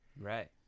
Right